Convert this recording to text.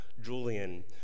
Julian